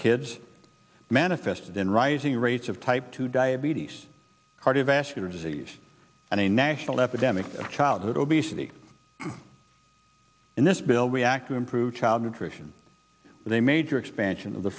kids manifested in rising rates of type two diabetes cardiovascular disease and a national epidemic of childhood obesity in this bill we act to improve child nutrition with a major expansion of the